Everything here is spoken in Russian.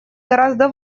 гораздо